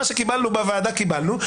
מה שקיבלנו בוועדה קיבלנו,